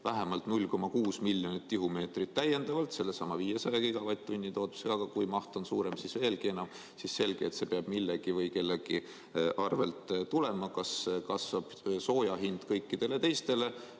vähemalt 0,6 miljonit tihumeetrit täiendavalt sellesama 500 gigavatt-tunni tootmiseks – kui maht on suurem, siis veelgi enam –, siis on selge, et see peab millegi või kellegi arvel tulema: kas kasvab sooja hind kõikidele teistele